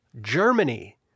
Germany